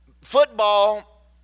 football